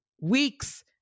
weeks